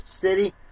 city